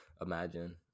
imagine